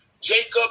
Jacob